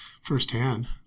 firsthand